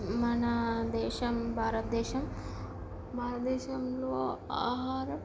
మన దేశం భారతదేశం భారతదేశంలో ఆహారం